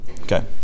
Okay